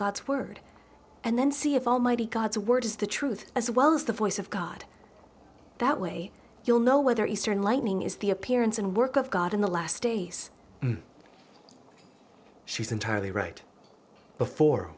god's word and then see if almighty god's word is the truth as well as the voice of god that way you'll know whether eastern lightning is the appearance and work of god in the last days she's entirely right before